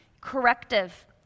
corrective